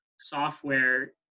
software